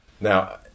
now